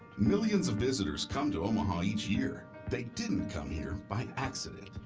millions of visitors come to omaha each year. they didn't come here by accident.